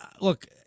Look